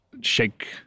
shake